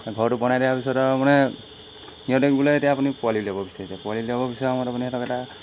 ঘৰটো বনাই দিয়াৰ পিছত আৰু মানে সিহঁতক বোলে এতিয়া আপুনি পোৱালি উলিয়াব বিচাৰিছে পোৱালি উলিয়াব বিচৰাৰ সময়ত আপুনি সিহঁতক এটা